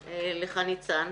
ניצן.